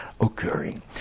occurring